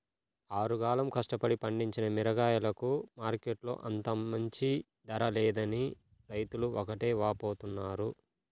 ఆరుగాలం కష్టపడి పండించిన మిరగాయలకు మార్కెట్టులో అంత మంచి ధర లేదని రైతులు ఒకటే వాపోతున్నారు